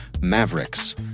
Mavericks